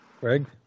Greg